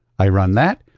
i run that,